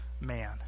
man